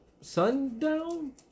Sundown